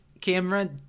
camera